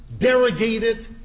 derogated